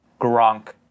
Gronk